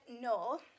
no